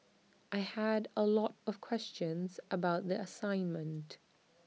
I had A lot of questions about the assignment